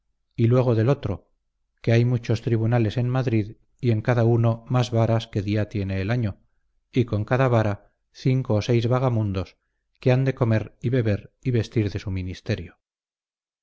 y luego del otro que hay muchos tribunales en madrid y en cada uno más varas que días tiene el año y con cada vara cinco o seis vagamundos que han de comer y beber y vestir de su ministerio